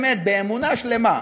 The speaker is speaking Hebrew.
באמת באמונה שלמה,